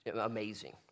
amazing